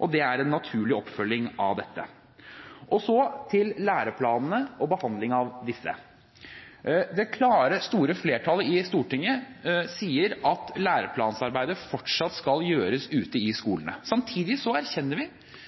og det er en naturlig oppfølging av dette. Så til læreplanene og behandling av disse. Det klare, store flertallet i Stortinget sier at læreplanarbeidet fortsatt skal gjøres ute i skolene. Samtidig erkjenner vi